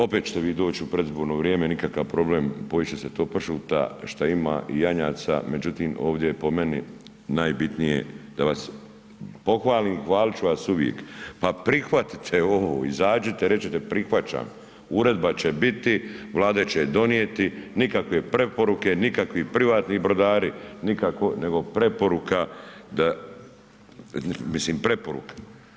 Opet ćete vi doći u predizborno vrijeme, nikakav problem, pojest će se to pršuta šta ima i janjaca, međutim ovdje je po meni najbitnije da vas pohvalim, hvalit ću vas uvijek pa prihvatite ovo, izađite, recite prihvaćam, uredba će biti, Vlada će je donijeti, nikakve preporuke, nikakvi privatni brodari nego preporuka da mislim, preporuka.